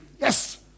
Yes